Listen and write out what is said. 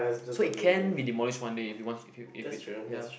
so it can be demolish one day if you wants if you if it ya